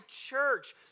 church